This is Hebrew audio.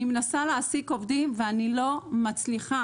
אני מנסה להעסיק עובדים ואני לא מצליחה,